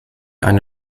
eine